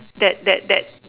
that that that